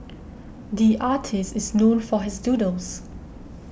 the artist is known for his doodles